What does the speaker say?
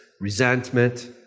resentment